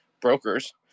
brokers